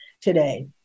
today